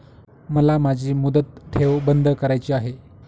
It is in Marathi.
मला माझी मुदत ठेव बंद करायची आहे